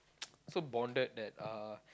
so bonded that uh